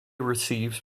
receives